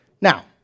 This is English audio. Now